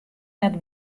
net